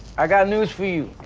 i got news for you,